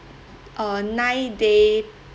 uh nine day